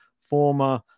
former